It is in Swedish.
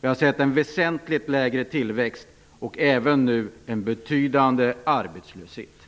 Vi har sett en väsentligt lägre tillväxt och även en betydande arbetslöshet.